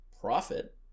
profit